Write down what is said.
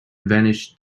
vanished